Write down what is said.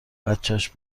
بچش